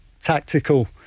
tactical